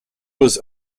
was